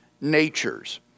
natures